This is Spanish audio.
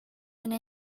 una